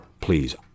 please